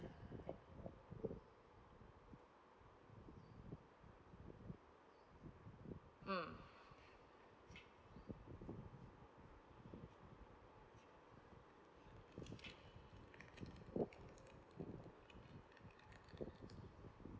mm